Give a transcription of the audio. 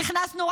נכנסנו,